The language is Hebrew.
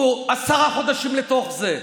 אנחנו עשרה חודשים לתוך זה.